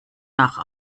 nach